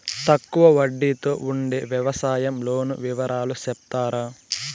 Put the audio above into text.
తక్కువ వడ్డీ తో ఉండే వ్యవసాయం లోను వివరాలు సెప్తారా?